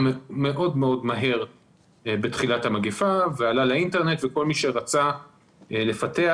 מאוד מאוד מהר בתחילת המגפה ועלה לאינטרנט וכל מי שרצה לפתח,